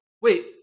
Wait